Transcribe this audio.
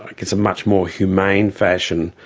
like it's a much more humane fashion,